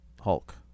Hulk